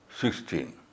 sixteen